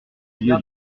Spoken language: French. lieu